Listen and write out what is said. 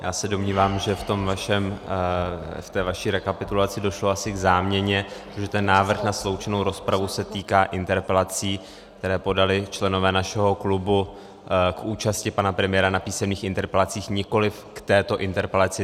Já se domnívám, že v té vaší rekapitulaci došlo asi k záměně, protože ten návrh na sloučenou rozpravu se týká interpelací, které podali členové našeho klubu k účasti pana premiéra na písemných interpelacích, nikoliv k této interpelaci.